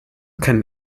can